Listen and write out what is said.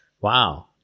wow